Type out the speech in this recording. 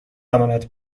امانت